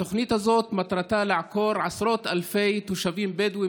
התוכנית הזאת מטרתה לעקור עשרות אלפי תושבים בדואים